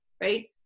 Right